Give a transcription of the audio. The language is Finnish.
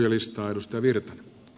arvoisa puhemies